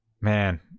Man